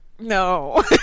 No